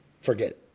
forget